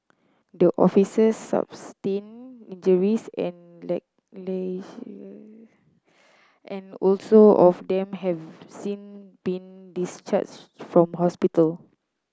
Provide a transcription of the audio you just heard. the officers sustained injuries and and also of them have since been discharged from hospital